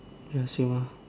ya same ah